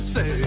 Say